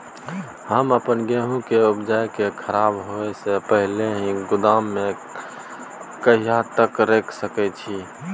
हम अपन गेहूं के उपजा के खराब होय से पहिले ही गोदाम में कहिया तक रख सके छी?